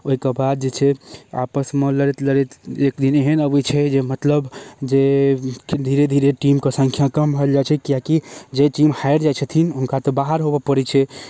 ओहिके बाद जे छै आपसमे लड़ैत लड़ैत एकदिन एहन अबै छै जे मतलब जे धीरे धीरे टीमके संख्या कम भेल जाइ छै किएकि जे टीम हारि जाइ छथिन हुनका तऽ बाहर होबऽ पड़ै छै